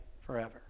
forever